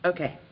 Okay